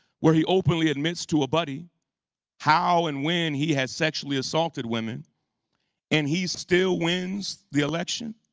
where he openly admits to a buddy how and when he has sexually assaulted women and he still wins the election.